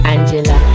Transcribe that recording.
Angela